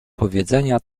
powiedzenia